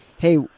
hey